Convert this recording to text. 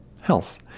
health